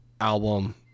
album